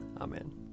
Amen